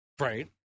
Right